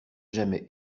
jamais